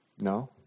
No